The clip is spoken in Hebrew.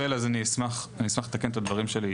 אם זה הרושם שהתקבל אז אני אשמח לתקן את הדברים שלי.